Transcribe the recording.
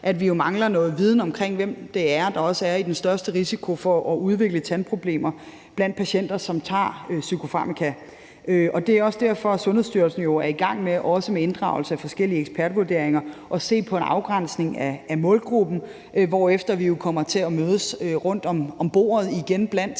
at vi jo mangler noget viden om, hvem det er, der også er i den største risiko for at udvikle tandproblemer, blandt patienter, som tager psykofarmaka. Det er jo også derfor, at Sundhedsstyrelsen er i gang med, også med inddragelse af forskellige ekspertvurderinger, at se på en afgrænsning af målgruppen, hvorefter vi jo blandt partierne igen kommer til at mødes rundt om bordet, i forhold